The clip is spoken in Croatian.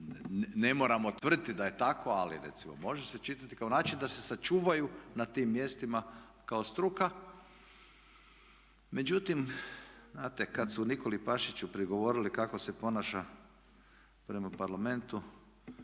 ne moramo tvrditi da je tako ali recimo može se čitati kao način da se sačuvao na tim mjestima kao struka, međutim znate kada su Nikoli Pašiću prigovorili kako se ponaša prema parlamentu